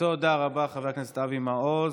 תודה רבה, חבר הכנסת אבי מעוז.